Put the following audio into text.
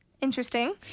interesting